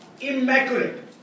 immaculate